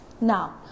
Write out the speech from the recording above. Now